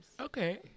Okay